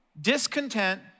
discontent